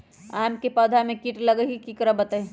आम क पौधा म कीट लग जई त की करब बताई?